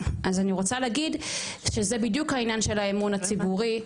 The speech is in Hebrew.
אז אני רוצה להגיד שזה בדיוק העניין של האמון הציבורי.